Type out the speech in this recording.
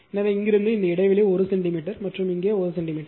எனவே இங்கிருந்து இந்த இடைவெளி 1 சென்டிமீட்டர் மற்றும் இங்கே 1 சென்டிமீட்டர்